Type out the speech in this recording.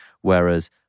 whereas